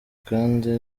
kandi